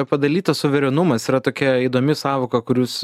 padalytas suverenumas yra tokia įdomi sąvoka kur jūs